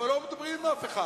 אבל לא מדברים עם אף אחד.